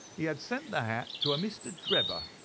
he had sent the hat to a mr. drebber,